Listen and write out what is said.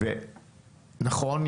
ונכון,